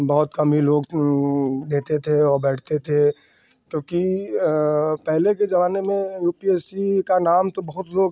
बहुत अमीर लोग देते थे और बैठते थे क्योंकि पहले के ज़माने में यू पी एस सी का नाम तो बहुत लोग